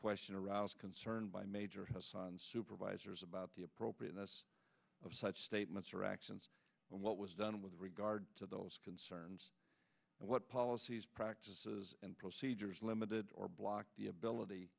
question arouse concern by major hasan supervisors about the appropriateness of such statements or actions and what was done with regard to those concerns and what policies practices and procedures limited or blocked the ability